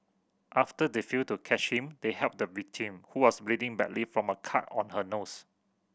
after they failed to catch him they helped the victim who was bleeding badly from a cut on her nose